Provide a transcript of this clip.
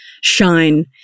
shine